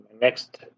next